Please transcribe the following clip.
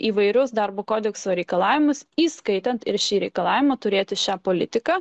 įvairius darbo kodekso reikalavimus įskaitant ir šį reikalavimą turėti šią politiką